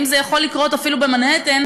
אם זה יכול לקרות אפילו במנהטן,